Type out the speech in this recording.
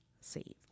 saved